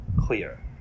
Clear